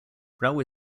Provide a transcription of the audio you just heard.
railway